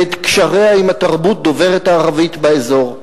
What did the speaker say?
ואת קשריה עם התרבות דוברת הערבית באזור.